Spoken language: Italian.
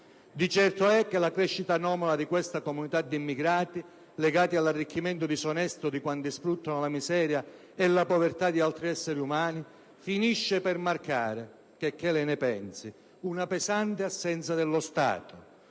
Di certo c'è che la crescita anomala di queste comunità di immigrati, legati all'arricchimento disonesto di quanti sfruttano la miseria e la povertà di altri esseri umani, finisce per marcare, checché lei ne pensi, una pesante assenza dello Stato.